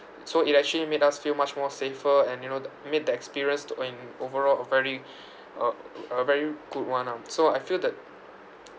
so it actually made us feel much more safer and you know the made the experience to an overall a very a a very good one ah so I feel that